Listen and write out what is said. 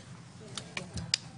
-- (תקופה המרבית לכהונה ראש הממשלה)